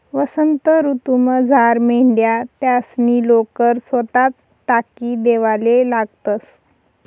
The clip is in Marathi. वसंत ऋतूमझार मेंढ्या त्यासनी लोकर सोताच टाकी देवाले लागतंस